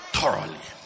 Thoroughly